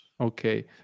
Okay